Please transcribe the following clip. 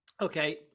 Okay